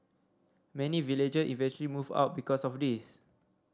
many villager eventually moved out because of this